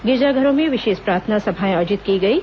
गिरजाघरों में विशेष प्रार्थना सभाएं आयोजित की गईं